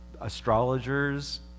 Astrologers